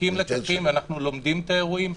מפיקים לקחים ולומדים את האירועים,